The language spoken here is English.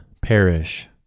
perish